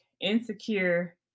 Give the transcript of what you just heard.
Insecure